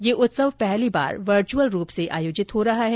यह उत्सव पहली बार वर्चुअल रूप से आयोजित हो रहा है